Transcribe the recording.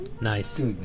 nice